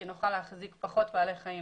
כי נוכל להחזיק פחות בעלי חיים